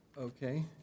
okay